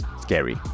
Scary